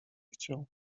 chciał